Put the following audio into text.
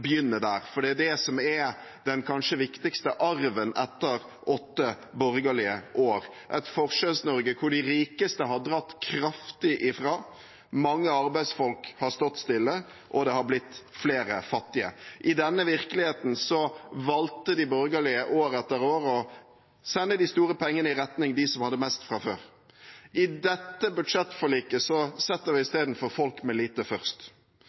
der, for det er det som er den kanskje viktigste arven etter åtte borgerlige år – et Forskjells-Norge hvor de rikeste har dratt kraftig fra. Mange arbeidsfolk har stått stille, og det har blitt flere fattige. I denne virkeligheten valgte de borgerlige år etter år å sende de store pengene i retning dem som hadde mest fra før. I dette budsjettforliket setter vi i stedet folk med lite først.